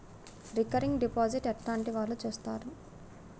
Recurring deposit ఎట్లాంటి వాళ్లు చేత్తరు?